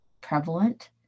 prevalent